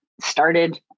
Started